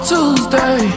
Tuesday